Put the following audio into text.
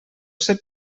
ser